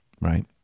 right